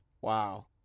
wow